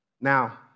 Now